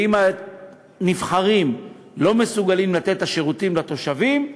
ואם הנבחרים לא מסוגלים לתת את השירותים לתושבים,